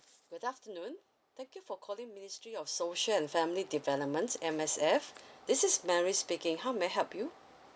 good afternoon thank you for calling ministry of social and family development M_S_F this is mary speaking how may I help you